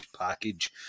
package